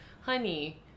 Honey